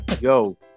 yo